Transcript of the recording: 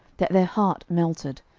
that their heart melted,